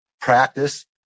practice